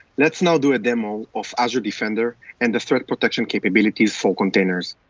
let's now do a demo of azure defender and the threat protection capabilities for containers.